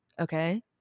Okay